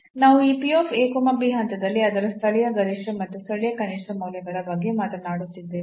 ನಾವು ಈ ಹಂತದಲ್ಲಿ ಅದರ ಸ್ಥಳೀಯ ಗರಿಷ್ಠ ಮತ್ತು ಸ್ಥಳೀಯ ಕನಿಷ್ಠ ಮೌಲ್ಯಗಳ ಬಗ್ಗೆ ಮಾತನಾಡುತ್ತಿದ್ದೇವೆ